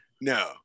No